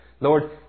Lord